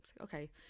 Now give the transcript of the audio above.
okay